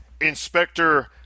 Inspector